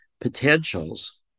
potentials